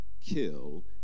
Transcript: kill